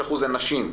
85% הן נשים,